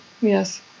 yes